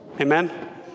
Amen